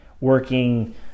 working